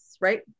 right